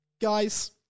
Guys